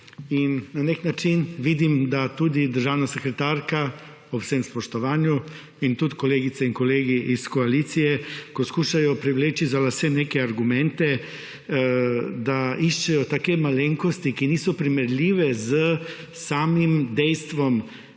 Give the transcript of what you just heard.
na nek način vidim, da tudi državna sekretarka, ob vsem spoštovanju, in tudi kolegice in kolegi iz koalicije, ko skušajo privleči za lase neke argumente, da iščejo take malenkosti, ki niso primerljive s samim dejstvom,